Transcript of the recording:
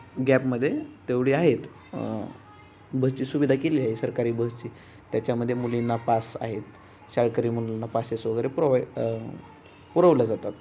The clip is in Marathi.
गॅपमध्ये तेवढी आहेत बसची सुविधा केली आहे सरकारी बसची त्याच्यामध्ये मुलींना पास आहेत शाळकरी मुलींना पासेस वगैरे प्रोवाई पुरवले जातात